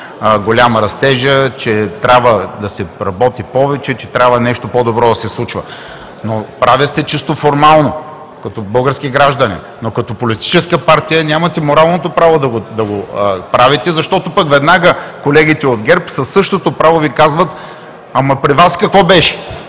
голям растежът, че трябва да се работи повече и трябва нещо по-добро да се случва. Прави сте чисто формално като български граждани, но като политическа партия нямате моралното право да го правите, защото пък веднага колегите от ГЕРБ със същото право Ви казват: „Ама при Вас, какво беше?“.